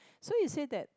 so it's so that